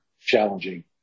challenging